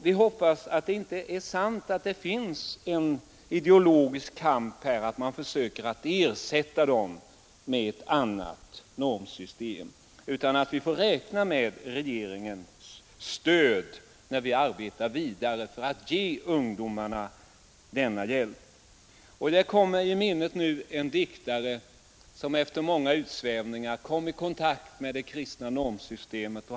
Vi hoppas att det inte är så att det pågår en ideologisk kamp där man strävar att ersätta dessa regler med ett annat normsystem utan att vi får räkna med regeringens stöd när vi arbetar vidare för att ge ungdomarna denna hjälp. Jag erinrar mig just nu några ord av en diktare, som efter många ningar kommit i kontakt med det kristna normsystemet.